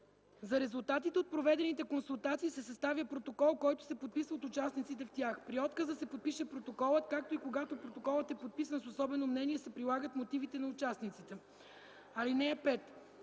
За резултатите от проведените консултации се съставя протокол, който се подписва от участниците в тях. При отказ да се подпише протоколът, както и когато протоколът е подписан с особено мнение, се прилагат мотивите на участниците. (5)